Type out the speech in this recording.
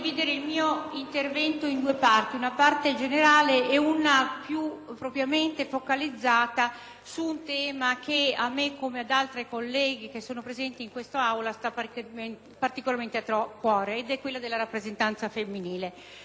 su un tema che a me, come ad altre colleghe presenti in questa Aula, sta particolarmente a cuore: quello della rappresentanza femminile. Le elezioni europee del prossimo giugno si terranno anzitutto sulla base del Trattato di Nizza,